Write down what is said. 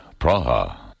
Praha